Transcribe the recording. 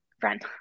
friend